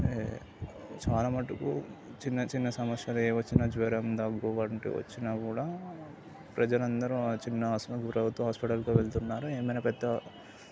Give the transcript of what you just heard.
చాలా మటుకు చిన్న చిన్న సమస్యలు ఎం వచ్చినా జ్వరం దగ్గు వంటివి వచ్చినా కూడా ప్రజలందరూ ఆ చిన్న ఆసుపత్రికో హాస్పిటల్కో వెళుతున్నారు ఏమైనా పెద్ద